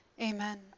Amen